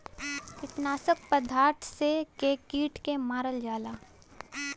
कीटनाशक पदार्थ से के कीट के मारल जाला